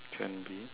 can be